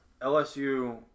LSU